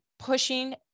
pushing